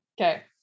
okay